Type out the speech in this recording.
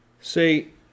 See